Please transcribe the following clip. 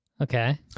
Okay